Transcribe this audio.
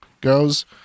goes